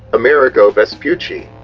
amerigo vespucci,